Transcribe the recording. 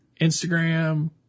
Instagram